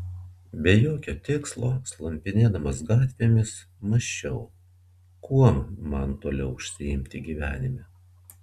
be jokio tikslo slampinėdamas gatvėmis mąsčiau kuom man toliau užsiimti gyvenime